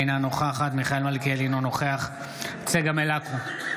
אינה נוכחת מיכאל מלכיאלי, אינו נוכח צגה מלקו,